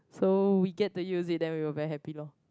so we get to use it then we were very happy loh